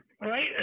right